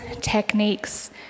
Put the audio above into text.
techniques